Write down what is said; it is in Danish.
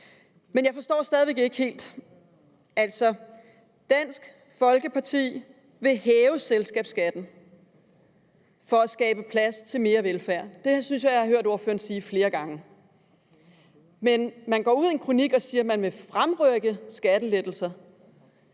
Men jeg forstår det stadig væk ikke helt. Altså, Dansk Folkeparti vil hæve selskabsskatten for at skabe plads til mere velfærd. Det synes jeg jeg har hørt ordføreren sige flere gange. Men man går ud i en kronik og siger, man vil fremrykke skattelettelser.